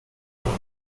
being